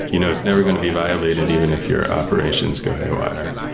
you know it's never going to be violated even if your operations go haywire,